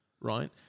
right